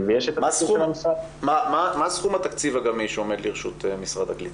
מה סכום התקציב הגמיש העומד לרשות משרד הקליטה?